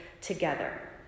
together